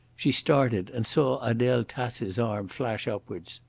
she started and saw adele tace's arm flash upwards.